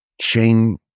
Shane